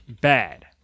bad